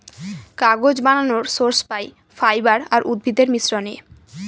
কাগজ বানানর সোর্স পাই ফাইবার আর উদ্ভিদের মিশ্রনে